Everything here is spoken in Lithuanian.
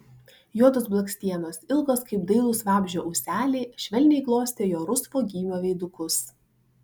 juodos blakstienos ilgos kaip dailūs vabzdžio ūseliai švelniai glostė jo rusvo gymio veidukus